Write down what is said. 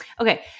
Okay